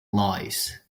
lives